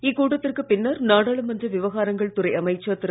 இக்கூட்டத்திற்குப் பின்னர் நாடாளுமன்ற விவகாரங்கள் துறை அமைச்சர் திரு